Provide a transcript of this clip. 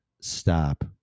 stop